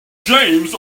james